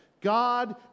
God